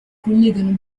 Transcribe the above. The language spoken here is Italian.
collegano